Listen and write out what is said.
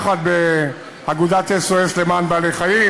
היינו ביחד באגודת SOS למען בעלי-חיים,